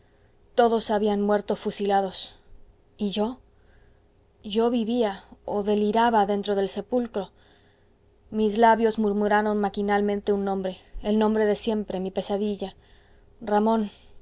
todos habían muerto fusilados y yo yo vivía o deliraba dentro del sepulcro mis labios murmuraron maquinalmente un nombre el nombre de siempre mi pesadilla ramón